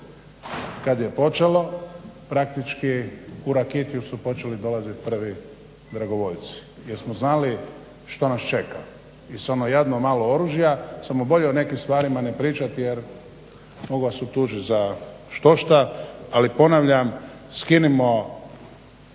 kad je počelo praktički u Rakitju su počeli dolazit prvi dragovoljci jer smo znali što nas čeka i s ono jadno malo oružja, samo bolje o nekim stvarima ne pričati jer mogu vas optužit za štošta, ali ponavljam, skinimo